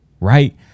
right